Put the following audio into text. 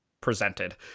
presented